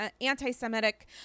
anti-Semitic